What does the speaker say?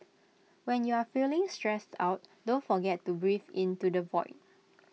when you are feeling stressed out don't forget to breathe into the void